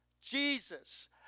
Jesus